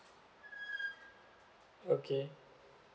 okay